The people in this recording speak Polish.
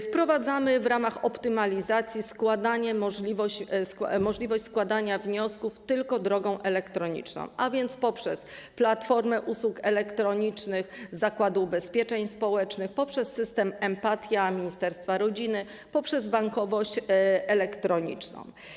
Wprowadzamy w ramach optymalizacji możliwość składania wniosków tylko drogą elektroniczną, a więc poprzez Platformę Usług Elektronicznych Zakładu Ubezpieczeń Społecznych, poprzez system Emp@tia ministerstwa rodziny, poprzez bankowość elektroniczną.